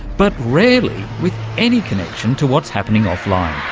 but rarely with any connection to what's happening off-line.